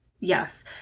Yes